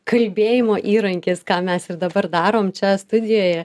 kalbėjimo įrankis ką mes ir dabar darom čia studijoje